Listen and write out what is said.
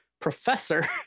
professor